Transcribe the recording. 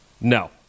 No